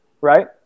right